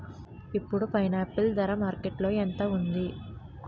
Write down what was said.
ఇప్పుడు పైనాపిల్ ధర మార్కెట్లో ఎంత ఉంది?